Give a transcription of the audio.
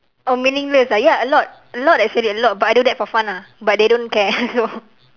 oh meaningless ah ya a lot a lot actually a lot but I do that for fun lah but they don't care so